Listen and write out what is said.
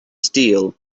steel